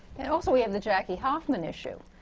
and also, we have the jackie hoffman issue,